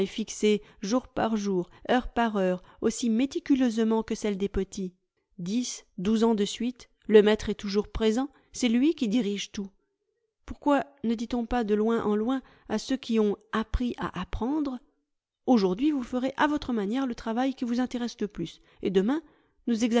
fixée jour par jour heure par heure aussi méliculeusement que celle des petits dix douze ans de suite le maître est toujours présent c'est lui qui dirige tout pourquoi ne dit-on pas de loin en loin à ceux qui ont appris à apprendre aujourd'hui vous ferez à votre manière le travail qui vous intéresse le plus et demain nous